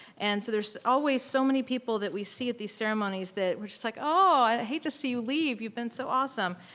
and so there's always do so many people that we see at these ceremonies that we're just like, oh i hate to see you leave, you've been so awesome.